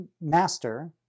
Master